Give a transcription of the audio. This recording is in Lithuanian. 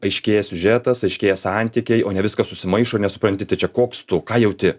aiškėja siužetas aiškėja santykiai o ne viskas susimaišo ir nesupranti tai čia koks tu ką jauti